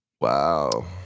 Wow